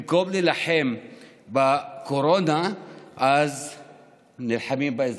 במקום להילחם בקורונה נלחמים באזרחים.